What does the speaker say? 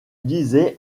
disait